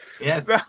Yes